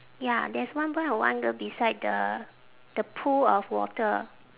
ya there's one boy and one girl beside the the pool of water